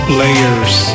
layers